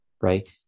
right